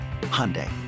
Hyundai